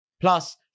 Plus